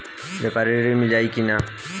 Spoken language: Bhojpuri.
व्यापारी ऋण मिल जाई कि ना?